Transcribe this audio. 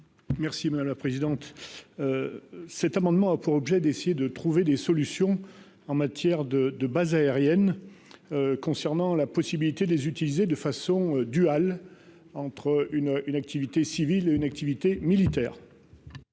Merci. La présidente. Cet amendement a pour objet d'essayer de trouver des solutions en matière de de base aérienne. Concernant la possibilité de les utiliser de façon duale entre une une activité civile et une activité militaire.